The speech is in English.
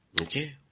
Okay